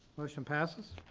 motion passes.